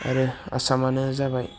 आरो आसामानो जाबाय